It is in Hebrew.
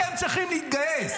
אתם צריכים להתגייס,